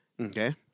Okay